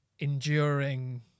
enduring